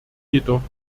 jedoch